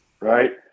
right